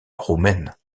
roumaine